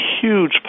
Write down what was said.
huge